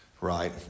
Right